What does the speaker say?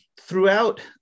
throughout